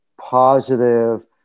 positive